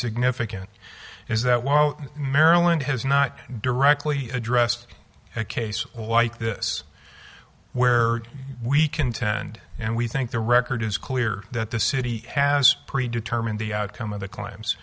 significant is that while maryland has not directly addressed a case like this where we contend and we think the record is clear that the city has pre determined the outcome of the claims